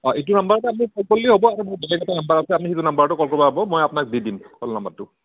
অঁ এইটো নাম্বাৰতে আপুনি ফোন কৰিলে হ'ব আৰু মোৰ বেলেগ এটা নাম্বাৰ আছে আপুনি সেইটো নাম্বাৰতো কল কৰিব পাৰিব মই আপোনাক দি দিম কল নাম্বাৰটো